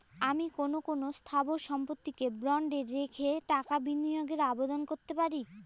আমি কোন কোন স্থাবর সম্পত্তিকে বন্ডে রেখে টাকা বিনিয়োগের আবেদন করতে পারি?